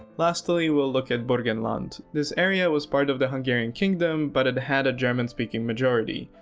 lastly we'll look at burgenland, this area was part of the hungarian kingdom but had had a german speaking majority.